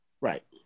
Right